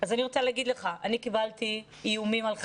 אז אני רוצה להגיד לך, אני קיבלתי איומים על חיי,